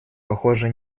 похоже